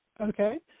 Okay